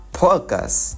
podcast